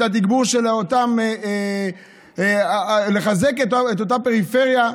את התגבור של אותם, לחזק את אותה פריפריה.